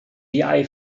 eye